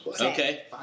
Okay